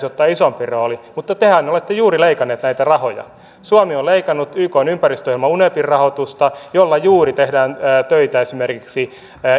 ottaa isompi rooli mutta tehän olette juuri leikanneet näitä rahoja suomi on leikannut ykn ympäristöohjelma unepin rahoitusta jolla juuri tehdään töitä esimerkiksi